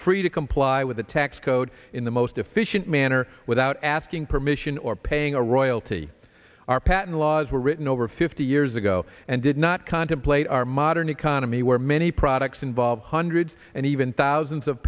free to comply with the tax code in the most efficient manner without asking permission or paying a royalty our patent laws were written over fifty years ago and did not contemplate our modern economy where many products involve hundreds and even thousands of